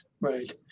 right